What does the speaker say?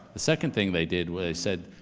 the second thing they did was, they said,